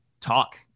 talk